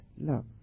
love